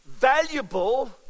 valuable